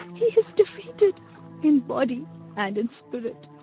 he is defeated in body and in spirit.